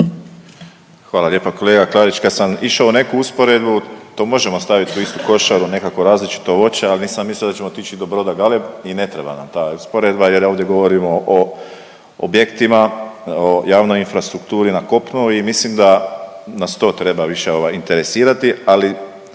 Hvala lijepa kolega Klarić. Kad sam išao u neku usporedbu, to možemo staviti u istu košaru nekako različito voće, ali nisam mislio da ćemo otići i do broda Galeb i ne treba nam ta usporedba jer ovdje govorimo o objektima, o javnoj infrastrukturi na kopnu i mislim da nas to treba ovaj, više interesirati, ali